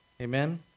Amen